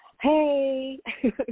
hey